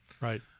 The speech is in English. right